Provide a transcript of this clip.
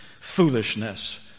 foolishness